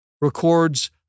records